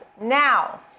now